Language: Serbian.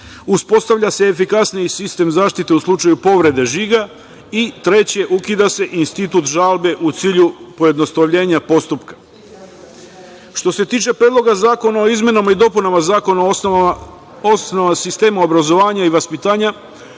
uspostavlja se efikasniji sistem zaštite u slučaju povrede žiga, i treće ukida se institut žalbe u cilju pojednostavljenja postupka. Što se tiče Predloga zakona o izmenama i dopunama Zakona o osnovama sistema obrazovanja i vaspitanja,